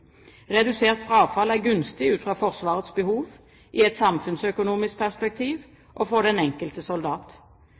Redusert frafall er gunstig ut fra Forsvarets behov, i et samfunnsøkonomisk perspektiv og for den enkelte soldat.